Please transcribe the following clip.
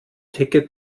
ticket